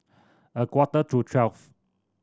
a quarter to twelve